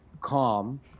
calm